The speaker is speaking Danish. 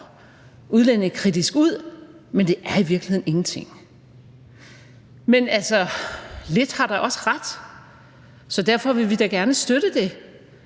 udlændingekritisk ud, men det er i virkeligheden ingenting. Men lidt har da også ret, og derfor vil vi da gerne støtte det.